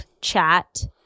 chat